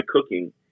cooking